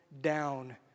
down